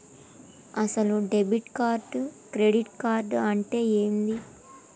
అసలు debit card credit card అంటే ఏంది?